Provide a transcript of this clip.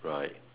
right